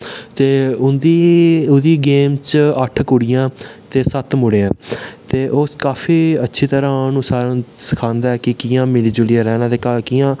ते उ'दी गेम च अट्ठ कुड़ियां ते सत्त मुड़े ऐं ते उस काफी अच्छी तरह उ'नें सारें गी सखांदे ऐ कि कि'यां मिली जुलियै रौह्ना ते कि'यां